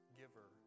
giver